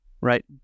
right